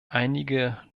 einige